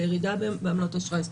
ירידה בעמלות אשראי.